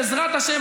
בעזרת השם,